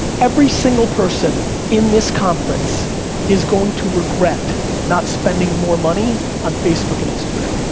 every single person in this conference is going to regret not spending more money on facebook and instagram.